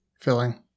filling